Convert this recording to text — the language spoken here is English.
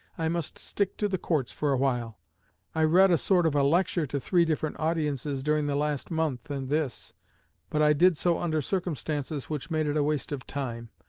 i must stick to the courts for awhile. i read a sort of a lecture to three different audiences during the last month and this but i did so under circumstances which made it a waste of time,